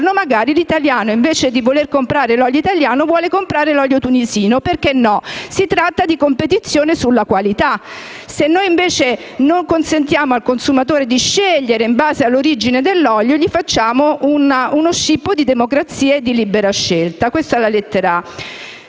italiano, invece di comprare l'olio italiano, deciderà di comprare l'olio tunisino. Perché no? Si tratta di competizione sulla qualità. Se noi, invece, non consentiamo al consumatore di scegliere in base all'origine dell'olio facciamo uno scippo di democrazia e di libera scelta. La lettera